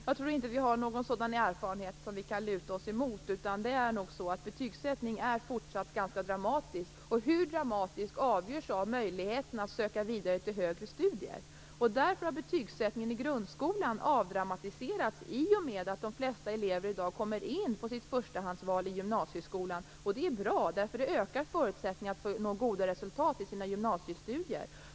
Jag tror inte att vi har någon sådan erfarenhet som vi kan luta oss emot, utan betygsättning kommer även i fortsättningen att vara ganska dramatiskt, hur dramatiskt avgörs av möjligheten att söka vidare till högre studier. Därför har betygsättningen i grundskolan avdramatiserats i och med att de flesta elever i dag kommer in på sitt förstahandsval i gymnasieskolan. Det är bra, eftersom det ökar elevernas förutsättningar att nå goda resultat i sina gymnasiestudier.